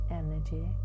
energy